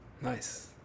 Nice